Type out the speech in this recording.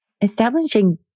Establishing